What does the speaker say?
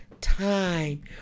time